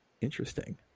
Interesting